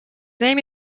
name